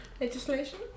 Legislation